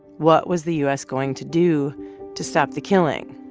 what was the u s. going to do to stop the killing?